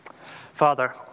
Father